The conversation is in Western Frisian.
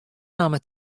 namme